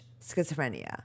schizophrenia